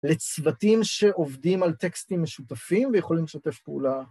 אלה צוותים שעובדים על טקסטים משותפים ויכולים לשתף פעולה.